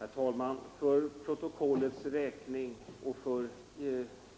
Herr talman! För protokollets skull och för att